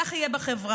כך יהיה בחברה,